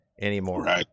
anymore